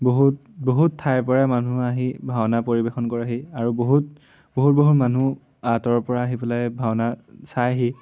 বহুত বহুত ঠাইৰ পৰাই মানুহ আহি ভাওনা পৰিৱেশন কৰেহি আৰু বহুত বহুত বহুত মানুহ আঁতৰৰ পৰা আহি পেলাই ভাওনা চাইহি